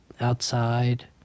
outside